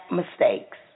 mistakes